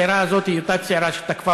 הצעירה הזאת היא אותה צעירה שתקפה